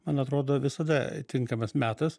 man atrodo visada tinkamas metas